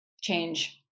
change